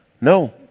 No